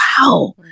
wow